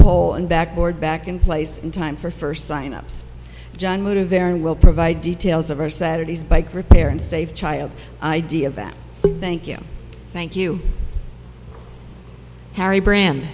pole and back board back in place in time for first sign ups john would a very well provide details of our saturdays bike repair and save child idea that thank you thank you harry brand